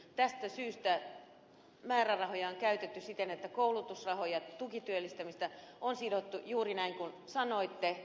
tästä syystä määrärahoja on käytetty siten että koulutusrahoja ja tukityöllistämistä on sidottu juuri näin kuin sanoitte ed